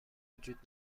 وجود